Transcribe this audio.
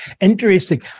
Interesting